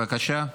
בבקשה.